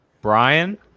Brian